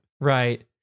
Right